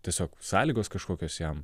tiesiog sąlygos kažkokios jam